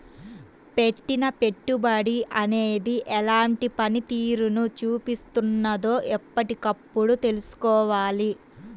పెట్టిన పెట్టుబడి అనేది ఎలాంటి పనితీరును చూపిస్తున్నదో ఎప్పటికప్పుడు తెల్సుకోవాలి